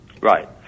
Right